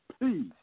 Please